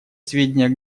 сведения